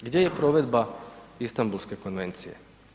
Gdje je provedba Istambulske konvencije?